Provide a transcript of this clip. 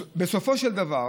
בסופו של דבר